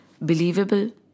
believable